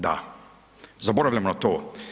Da, zaboravljamo to.